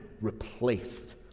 replaced